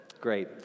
Great